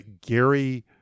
Gary